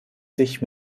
sich